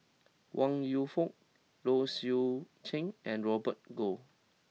Wong Yoon Wah Low Swee Chen and Robert Goh